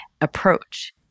approach